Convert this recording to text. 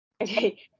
Okay